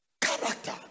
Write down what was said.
character